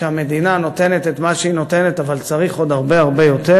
כשהמדינה נותנת את מה שהיא נותנת אבל צריך עוד הרבה הרבה יותר.